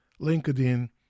LinkedIn